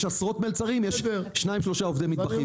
יש עשרות מלצרים ורק שניים או שלושה עובדי מטבח.